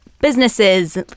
businesses